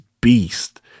beast